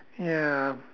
ya